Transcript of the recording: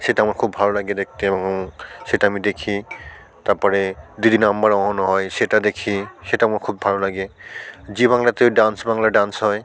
সেটা আমার খুব ভালো লাগে দেখতে এবং সেটা আমি দেখি তার পরে দিদি নাম্বার ওয়ান হয় সেটা দেখি সেটা আমার খুব ভালো লাগে জি বাংলাতে ডান্স বাংলা ডান্স হয়